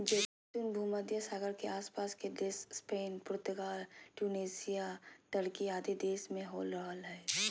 जैतून भूमध्य सागर के आस पास के देश स्पेन, पुर्तगाल, ट्यूनेशिया, टर्की आदि देश में हो रहल हई